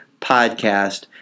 podcast